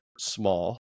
small